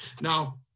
Now